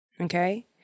okay